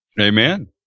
Amen